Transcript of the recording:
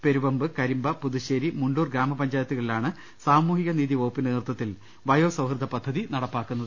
പെരുവെമ്പ്കരിമ്പപുതുശ്ശേരി മുണ്ടൂർ ഗ്രാമപഞ്ചായത്തുകളി ലാണ് സാമൂഹിക നീതി വകുപ്പിന്റെ നേതൃത്വത്തിൽ വായോ സൌഹൃദ പദ്ധതി നടപ്പാക്കുന്നത്